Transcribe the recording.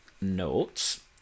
notes